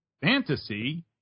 Fantasy